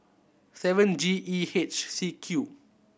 seven G E H C Q